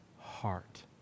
heart